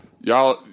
y'all